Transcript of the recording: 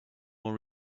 more